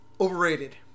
Overrated